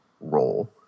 role